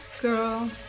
Girl